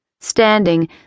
Standing